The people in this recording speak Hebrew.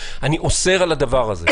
אני אוסר על הדבר הזה?